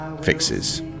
fixes